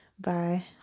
Bye